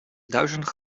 duizend